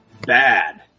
bad